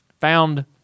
found